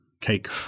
cake